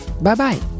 Bye-bye